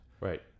Right